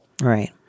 right